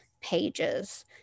pages